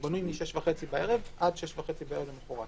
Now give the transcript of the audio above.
הוא בנוי מ-18:30 עד 18:30 בערב למוחרת